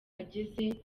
ageze